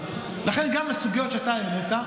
גם הסוגיות שאתה העלית,